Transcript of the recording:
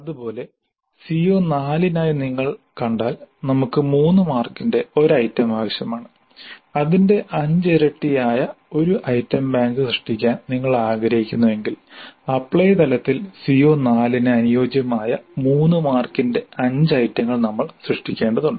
അതുപോലെ CO4 നായി നിങ്ങൾ കണ്ടാൽ നമുക്ക് 3 മാർക്കിന്റെ ഒരു ഐറ്റം ആവശ്യമാണ് അതിന്റെ അഞ്ചിരട്ടിയായ ഒരു ഐറ്റം ബാങ്ക് സൃഷ്ടിക്കാൻ നിങ്ങൾ ആഗ്രഹിക്കുന്നുവെങ്കിൽ അപ്ലൈ തലത്തിൽ CO4 ന് അനുയോജ്യമായ 3 മാർക്കിന്റെ 5 ഐറ്റങ്ങൾ നമ്മൾ സൃഷ്ടിക്കേണ്ടതുണ്ട്